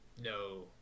No